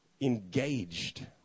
engaged